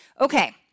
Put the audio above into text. Okay